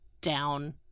down